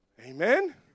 Amen